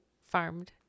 farmed